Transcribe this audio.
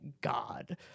God